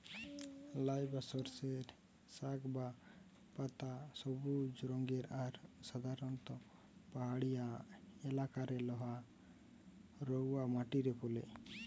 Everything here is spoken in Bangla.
লাই বা সর্ষের শাক বা পাতা সবুজ রঙের আর সাধারণত পাহাড়িয়া এলাকারে লহা রওয়া মাটিরে ফলে